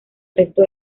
resto